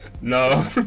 No